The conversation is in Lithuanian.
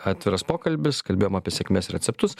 atviras pokalbis kalbėjom apie sėkmės receptus